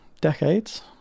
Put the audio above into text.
Decades